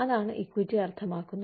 അതാണ് ഇക്വിറ്റി അർത്ഥമാക്കുന്നത്